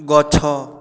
ଗଛ